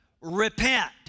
repent